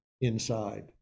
inside